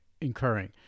incurring